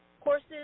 courses